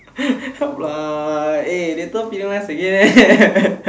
help lah eh later penalize again